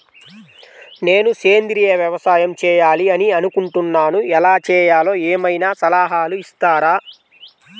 నేను సేంద్రియ వ్యవసాయం చేయాలి అని అనుకుంటున్నాను, ఎలా చేయాలో ఏమయినా సలహాలు ఇస్తారా?